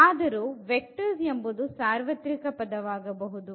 ಆದರೂ ವೆಕ್ಟರ್ಸ್ ಎಂಬುದು ಸಾರ್ವತ್ರಿಕ ಪದವಾಗಬಹುದು